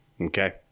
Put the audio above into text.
okay